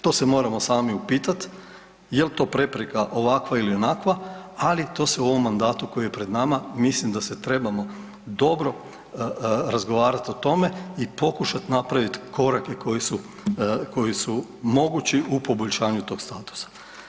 To se moramo sami upitati jel to prepreka ovakva ili onakva, ali to se u ovom mandatu koji je pred nama mislim da se trebamo dobro razgovarati o tome i pokušati napraviti korake koji su, koji su mogući u poboljšanju tog statusa.